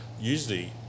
usually